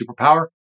superpower